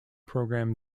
program